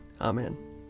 Amen